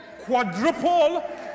quadruple